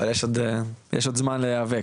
אבל יש לנו עוד זמן להיאבק.